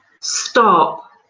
Stop